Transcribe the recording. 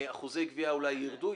אחוזי גבייה אולי ירדו.